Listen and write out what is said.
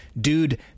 dude